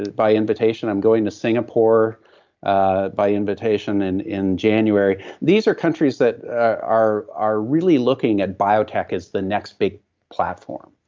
by invitation, i'm going to singapore ah by invitation and in january. these are countries that are are really looking at bio-tech as the next big platform.